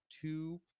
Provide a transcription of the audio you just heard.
two